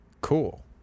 cool